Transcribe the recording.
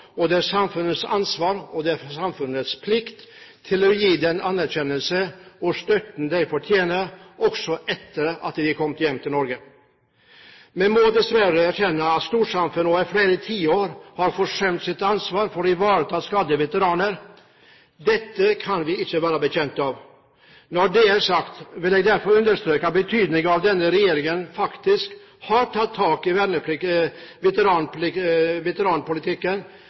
og det er samfunnets ansvar og derfor samfunnets plikt å gi dem den anerkjennelsen og støtten de fortjener, også etter at de har kommet hjem til Norge. Vi må dessverre erkjenne at storsamfunnet over flere tiår har forsømt sitt ansvar for å ivareta skadde veteraner. Dette kan vi ikke være bekjent av. Når det er sagt, vil jeg derfor understreke betydningen av at denne regjeringen faktisk har tatt tak i veteranpolitikken